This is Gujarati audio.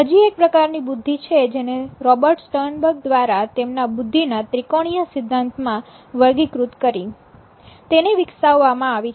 હજી એક પ્રકારની બુદ્ધિ છે જેને રોબર્ટ સ્ટર્નબર્ગ દ્વારા તેમના બુદ્ધિના ત્રિકોણીય સિદ્ધાંતમાં વર્ગીકૃત કરી તેને વિકસાવવામાં આવી છે